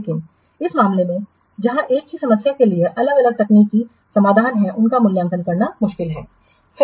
लेकिन इस मामले में जहां एक ही समस्या के लिए अलग अलग तकनीकी समाधान हैं उनका मूल्यांकन करना मुश्किल है